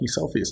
selfies